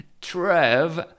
Trev